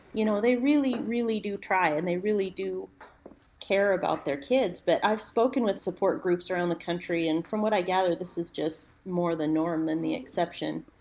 you know they really, really do try and they really do care about their kids. but i've spoken with support groups around the country and from what i gather this is just more the norm than the exception.